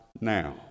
Now